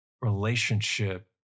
relationship